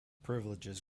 privileges